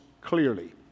clearly